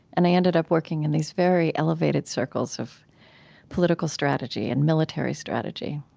and i ended up working in these very elevated circles of political strategy and military strategy.